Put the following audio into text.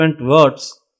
words